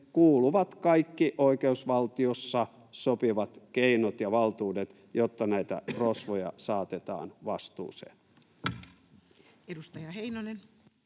kuuluvat kaikki oikeusvaltiossa sopivat keinot ja valtuudet, jotta näitä rosvoja saatetaan vastuuseen. [Speech